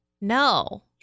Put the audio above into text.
No